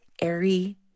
airy